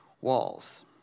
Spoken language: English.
walls